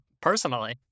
personally